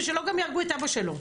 ושגם לא יהרגו את אבא שלו.